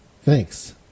Thanks